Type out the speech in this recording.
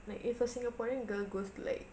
like if a singaporean girl goes to like